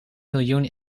miljoen